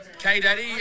K-Daddy